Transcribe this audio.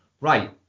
right